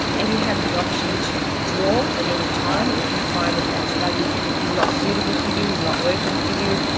and you have the option to withdraw at any time if you find that that study is not suitable for you, is not working for you.